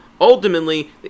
ultimately